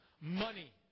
money